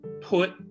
put